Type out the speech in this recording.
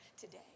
today